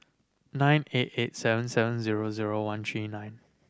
nine eight eight seven seven zero zero one three nine